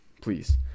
please